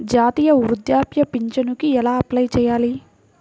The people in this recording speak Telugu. జాతీయ వృద్ధాప్య పింఛనుకి ఎలా అప్లై చేయాలి?